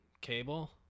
cable